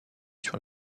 sur